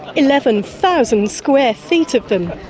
eleven thousand square feet of them.